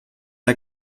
der